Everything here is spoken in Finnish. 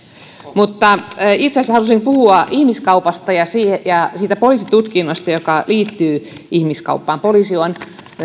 mutta itse asiassa halusin puhua ihmiskaupasta ja siitä poliisitutkinnasta joka liittyy ihmiskauppaan poliisi on